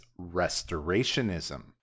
Restorationism